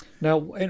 now